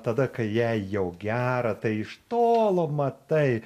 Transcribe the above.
tada kai jai jau gera tai iš tolo matai